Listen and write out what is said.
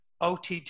OTT